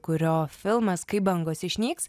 kurio filmas kai bangos išnyks